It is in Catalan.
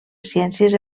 ciències